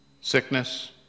Sickness